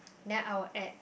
then I will add